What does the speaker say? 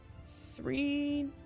three